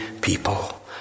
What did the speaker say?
people